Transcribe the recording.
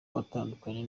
watandukanye